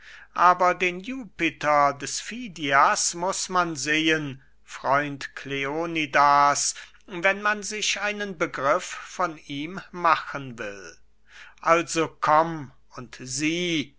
aber den jupiter des fidias muß man sehen freund kleonidas wenn man sich einen begriff von ihm machen will also komm und sieh